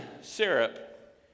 syrup